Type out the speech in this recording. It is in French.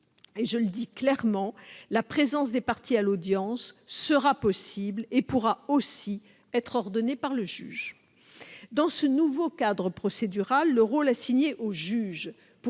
Je le dis clairement, la présence des parties à l'audience sera possible et pourra aussi être ordonnée par le juge. Dans ce nouveau cadre procédural, le rôle assigné au juge